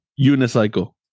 Unicycle